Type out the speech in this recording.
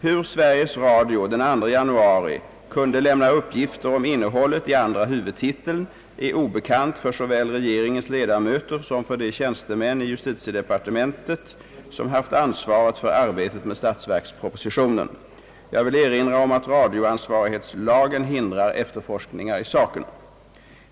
Hur Sveriges Radio den 2 januari kunde lämna uppgifter om innehållet i andra huvudtiteln är obekant såväl för regeringens ledamöter som för de tjänstemän i justitiedepartementet som haft ansvaret för arbetet med statsverkspropositionen. Jag vill erinra om att radioansvarighetslagen hindrar efterforskningar i saken.